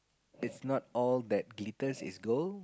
it's not all that glitters is gold